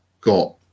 got